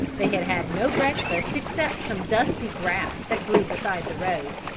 they had had no breakfast except some dusty grass that grew beside the road.